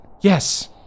yes